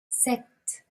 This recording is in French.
sept